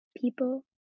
people